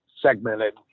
segmented